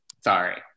Sorry